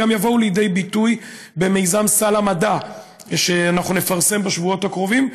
והם גם יבואו לידי ביטוי במיזם סל המדע שאנחנו נפרסם בשבועות הקרובים,